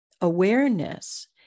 awareness